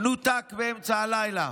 נותק באמצע הלילה.